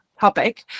topic